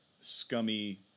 scummy